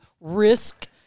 risk